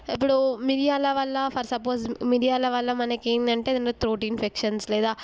ఇప్పడూ మిరియాల వల్ల for suppose మిరియాల వల్ల మనకి ఏంటంటే ఏదైనా త్రోట్ ఇన్ఫెక్షన్స్ లేదా